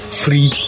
free